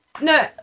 No